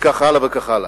וכך הלאה וכך הלאה.